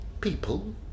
People